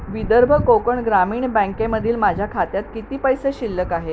विदर्भ कोकण ग्रामीण बँकेमधील माझ्या खात्यात किती पैसे शिल्लक आहे